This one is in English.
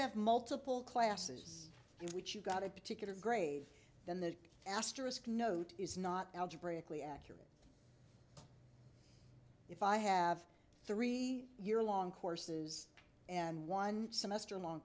have multiple classes in which you got a particular grave than the asterisk note is not algebraically accurate if i have three year long courses and one semester long